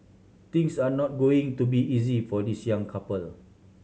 things are not going to be easy for this young couple